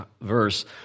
verse